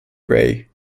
grey